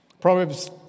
Proverbs